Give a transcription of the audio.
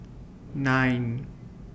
nine